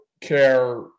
care